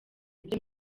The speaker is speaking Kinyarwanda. ibyo